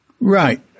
Right